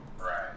Right